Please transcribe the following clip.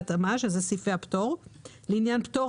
בהתאמה שאלה סעיפי הפטור - לעניין פטור,